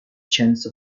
chance